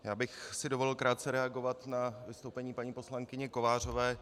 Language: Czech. Já bych si dovolil krátce reagovat na vystoupení paní poslankyně Kovářové.